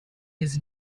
his